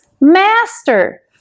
Master